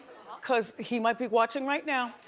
cause he might be watching right now.